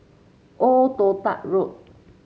Old Toh Tuck Road